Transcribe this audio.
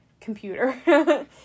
computer